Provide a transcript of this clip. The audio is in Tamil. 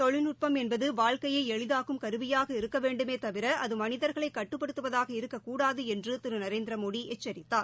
தொழில்நுட்பம் என்பது வாழ்க்கையை எளிதாக்கும் கருவியாக இருக்க வேண்டுமே தவிர அது மனிதர்களை கட்டுப்படுத்துவதாக இருக்கக்கூடாது என்று திரு நரேந்திரமோடி எச்சரித்தார்